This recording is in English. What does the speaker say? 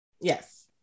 yes